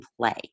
play